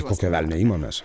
kokio velnio imamės